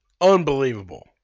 unbelievable